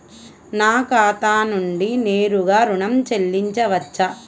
నా ఖాతా నుండి నేరుగా ఋణం చెల్లించవచ్చా?